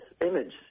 image